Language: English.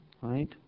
Right